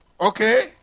Okay